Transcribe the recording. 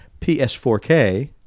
PS4K